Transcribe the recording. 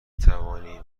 توانیم